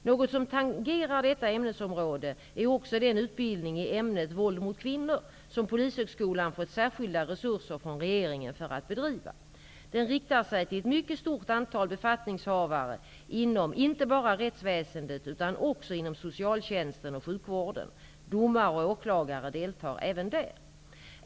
Något som tangerar detta ämnesområde är också den utbildning i ämnet våld mot kvinnor som Polishögskolan fått särskilda resurser från regeringen för att bedriva. Den riktar sig till ett mycket stort antal befattningshavare inom inte bara rättsväsendet utan också inom socialtjänsten och sjukvården. Domare och åklagare deltar även där.